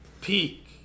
Peak